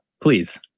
please